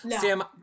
Sam